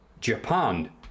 Japan